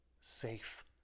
safe